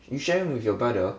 you share with your brother